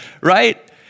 right